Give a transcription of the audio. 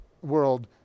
world